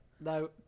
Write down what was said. No